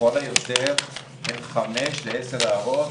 לכל היותר בין חמש לעשר הערות,